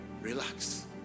Relax